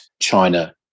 China